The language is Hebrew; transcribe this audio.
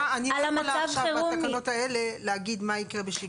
אני לא יכולה עכשיו בתקנות האלה להגיד מה יקרה בשגרה.